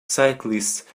cyclists